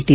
T